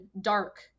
dark